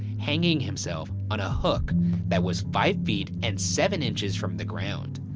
hanging himself on a hook that was five feet and seven inches from the ground.